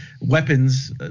weapons